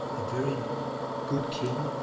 a very good king,